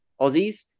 Aussies